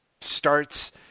starts